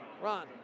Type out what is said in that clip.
Ron